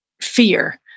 fear